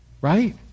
Right